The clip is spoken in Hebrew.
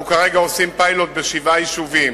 כרגע אנחנו עושים פיילוט בשבעה יישובים,